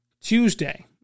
Tuesday